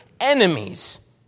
enemies